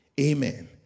Amen